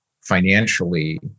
financially